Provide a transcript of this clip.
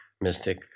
mystic